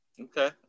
Okay